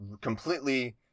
completely